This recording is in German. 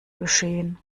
geschehen